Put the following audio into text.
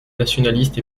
nationalistes